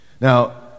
Now